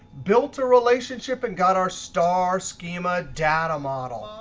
built a relationship, and got our star schema data model.